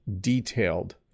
detailed